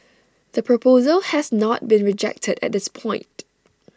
the proposal has not been rejected at this point